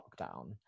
lockdown